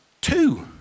Two